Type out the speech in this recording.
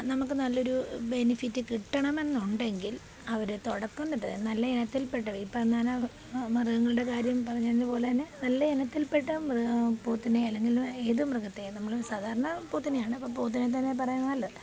നമുക്ക് നല്ലൊരു ബെനിഫിറ്റ് കിട്ടണമെന്നുണ്ടെങ്കിൽ അവര തുടക്കം തൊട്ട് നല്ല ഇനത്തിൽപ്പെട്ട ഈ പറഞ്ഞത് പോലെ മൃഗങ്ങളുടെ കാര്യം പറഞ്ഞതുപോലെതന്നെ നല്ല ഇനത്തിൽപ്പെട്ട മൃഗ പോത്തിനെ അല്ലെങ്കിൽ ഏത് മൃഗത്തെ നമ്മള് സാധാരണ പോത്തിനെയാണ് അപ്പോൾ പോത്തിനെ തന്നെ പറയുന്നതാണ് നല്ലത്